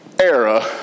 era